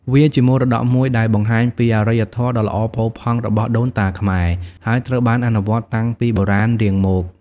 វាជាមរតកមួយដែលបង្ហាញពីអរិយធម៌ដ៏ល្អផូរផង់របស់ដូនតាខ្មែរ ហើយត្រូវបានអនុវត្តតាំងពីបុរាណរៀងមក។